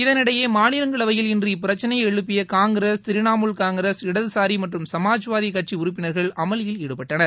இதனிடையே மாநிலங்களவையில் இன்று இப்பிரச்சினையை எழுப்பிய காங்கிரஸ் திரிணமூல் காங்கிரஸ் இடதுசாரி மற்றும் சுமாஜ்வாதி கட்சி உறுப்பினர்கள் அமளியில் ஈடுபட்டனர்